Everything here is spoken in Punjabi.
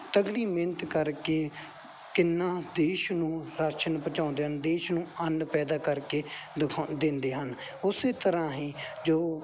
ਤਗੜੀ ਮਿਹਨਤ ਕਰਕੇ ਕਿੰਨਾਂ ਦੇਸ਼ ਨੂੰ ਰਾਸ਼ਨ ਪਹੁੰਚਾਉਂਦੇ ਹਨ ਦੇਸ਼ ਨੂੰ ਅੰਨ ਪੈਦਾ ਕਰਕੇ ਦਿਖਾਓ ਦਿੰਦੇ ਹਨ ਉਸੇ ਤਰ੍ਹਾਂ ਹੀ ਜੋ